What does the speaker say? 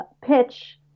pitch